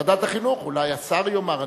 אולי השר יאמר,